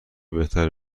بهتر